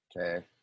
Okay